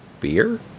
beer